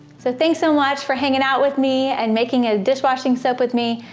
so thanks so much for hanging out with me and making a dishwashing soap with me!